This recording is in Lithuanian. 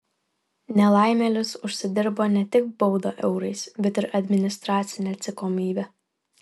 nelaimėlis užsidirbo ne tik baudą eurais bet ir administracinę atsakomybę